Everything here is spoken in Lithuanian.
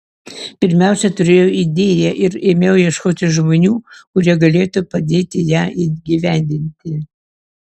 pirmiausia turėjau idėją ir ėmiau ieškoti žmonių kurie galėtų padėti ją įgyvendinti